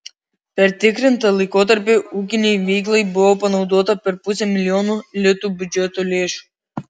per tikrintą laikotarpį ūkinei veiklai buvo panaudota per pusę milijono litų biudžeto lėšų